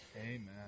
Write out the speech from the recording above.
Amen